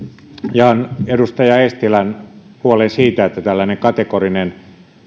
jaan edustaja eestilän huolen siitä että tällainen kategorinen